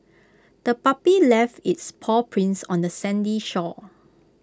the puppy left its paw prints on the sandy shore